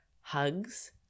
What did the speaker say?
hugs